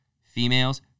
females